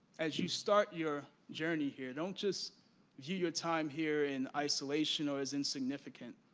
as you start your journey here, don't just view your time here in isolation or as insignificant.